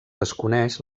desconeix